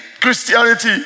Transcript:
Christianity